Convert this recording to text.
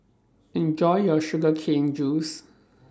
Enjoy your Sugar Cane Juice